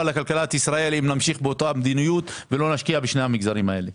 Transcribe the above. לכלכלת ישראל אם נמשיך באותה מדיניות ולא נשקיע בשני המגזרים הללו.